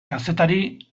kazetari